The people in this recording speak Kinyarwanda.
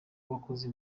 wakoze